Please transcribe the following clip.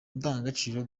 indangagaciro